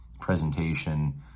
presentation